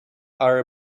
are